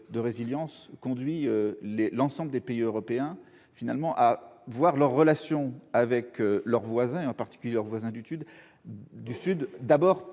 de résilience conduit l'ensemble des pays européens à envisager leurs relations avec leurs voisins, en particulier leurs voisins du Sud, d'abord